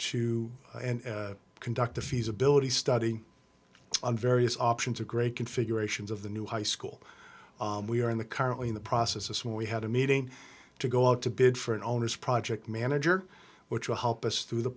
o conduct the feasibility study on various options of great configurations of the new high school we are in the currently in the process of small we had a meeting to go out to bid for an owner's project manager which will help us through the